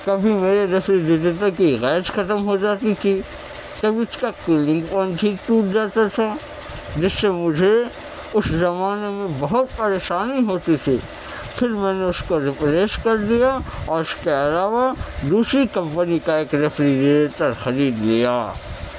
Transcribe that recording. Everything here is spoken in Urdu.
کبھی میرے ریفریجریٹر کی گیس ختم ہو جاتی تھی کبھی اس کا کولنگ پنکھی ٹوٹ جاتا تھا جس سے مجھے اس زمانے میں بہت پریشانی ہوتی تھی پھر میں نے اس کو ری پلیس کر دیا اور اس کے علاوہ دوسری کمپنی کا ایک ریفریجریٹر خرید لیا